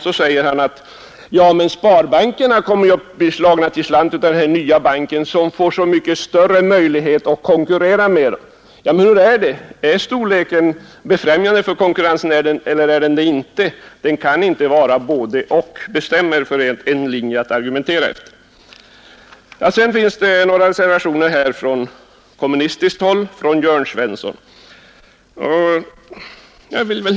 Då säger han: Ja, men sparbankerna kommer ju att bli slagna till slant av den nya banken som får så mycket större möjligheter att konkurrera. Är alltså storleken av betydelse för konkurrensen, eller är den det inte? Den kan inte vara både—och; bestäm er för en linje att argumentera efter! Vidare finns det några reservationer från kommunistiskt håll, av Jörn Svensson.